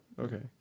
okay